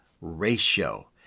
ratio